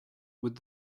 would